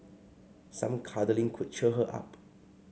some cuddling could cheer her up